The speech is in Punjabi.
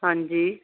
ਹਾਂਜੀ